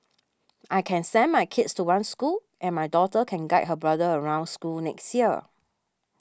I can send my kids to one school and my daughter can guide her brother around school next year